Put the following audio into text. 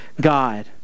God